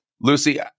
Lucy